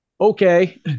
okay